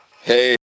Hey